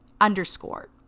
underscore